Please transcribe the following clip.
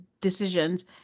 decisions